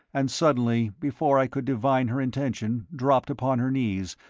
and suddenly, before i could divine her intention, dropped upon her knees,